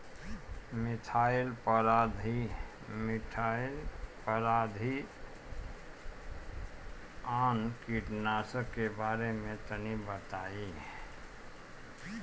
Methyl parathion कीटनाशक के बारे में तनि बताई?